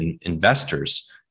investors